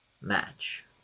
match